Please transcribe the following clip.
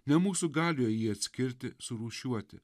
ne mūsų galioje jį atskirti surūšiuoti